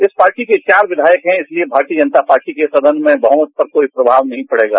इस पार्टी के चार विधायक है इसलिए भारतीय जनता पार्टी के सदन में बहुमत में इस पर कोई दबाव नहीं पड़ेगा